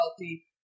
healthy